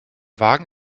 wagen